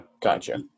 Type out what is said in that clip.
gotcha